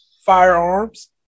firearms